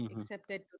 accepted